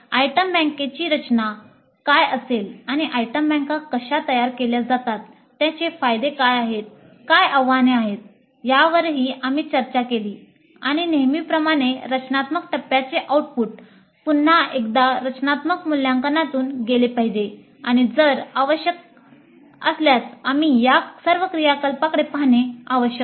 item बँकेची रचना काय असेल आणि या आयटम बँका कशा तयार केल्या जातात त्याचे फायदे काय आहेत काय आव्हाने आहेत यावरही आम्ही चर्चा केली आणि नेहमीप्रमाणे रचनात्मक टप्प्याचे आऊटपुट पुन्हा एकदा रचनात्मक मूल्यांकनातून गेले पाहिजे आणि जर आवश्यक असल्यास आम्ही या सर्व क्रियाकलापाकडे पाहणे आवश्यक आहे